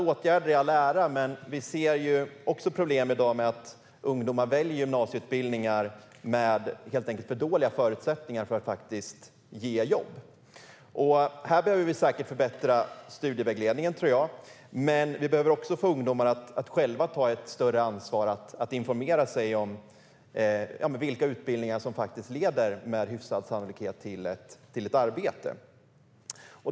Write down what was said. Åtgärder i all ära, men vi ser ju också problem i dag med att ungdomar väljer gymnasieutbildningar med helt enkelt för dåliga förutsättningar att faktiskt ge jobb. Här behöver vi säkert förbättra studievägledningen, tror jag. Men vi behöver också få ungdomar att själva ta ett större ansvar för att informera sig om vilka utbildningar som med hyfsad sannolikhet faktiskt leder till ett arbete.